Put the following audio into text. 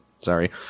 Sorry